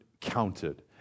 counted